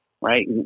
right